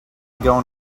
going